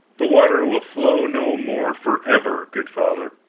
the water will flow no more forever, good father.